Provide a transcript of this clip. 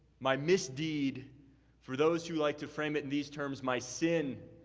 my misdeed for those who like to frame it in these terms, my sin,